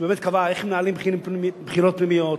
שבאמת קבעה איך מנהלים בחירות פנימיות,